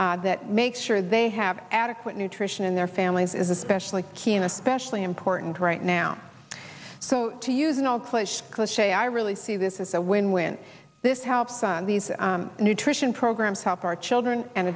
that make sure they have adequate nutrition in their families is especially keen especially important right now so to use an old pledge cliche i really see this is a win win this helps on these nutrition programs help our children and